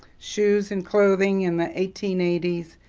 shoes and clothing in the eighteen eighty s,